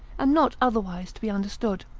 and not otherwise to be understood.